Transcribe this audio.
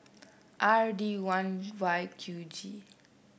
R D one Y Q G